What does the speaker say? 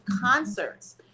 concerts